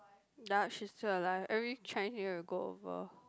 ya she's still alive every Chinese New Year will go over